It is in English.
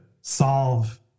solve